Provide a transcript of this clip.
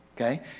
Okay